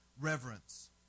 reverence